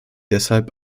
deshalb